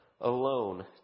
alone